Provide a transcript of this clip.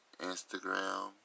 instagram